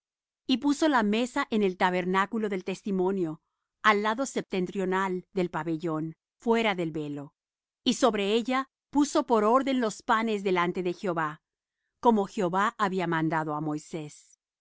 y puso la mesa en el tabernáculo del testimonio al lado septentrional del pabellón fuera del velo y sobre ella puso por orden los panes delante de jehová como jehová había mandado á moisés